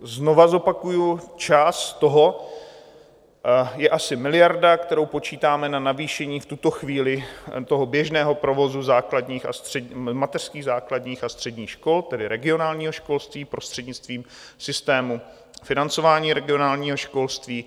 Znova zopakuji, část z toho je asi miliarda, kterou počítáme na navýšení v tuto chvíli toho běžného provozu mateřských, základních a středních škol, tedy regionálního školství, prostřednictvím systému financování regionálního školství.